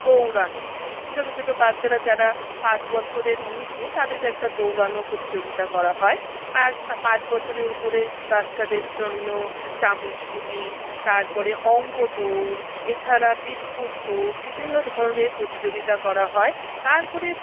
দৌড়ানো ছোট ছোট বাচ্চারা যারা পাঁচ বছরের নিচে তাদের একটা দৌড়ানো প্রতিযোগিতা করা হয় আর পাঁচ বছরের উপরের বাচ্চাদের জন্য চামচ গুলি তারপরে অঙ্ক দৌড় এছাড়া বিস্কুট দৌড় বিভিন্ন ধরনের প্রতিযোগিতা করা হয় তারপরে